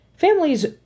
Families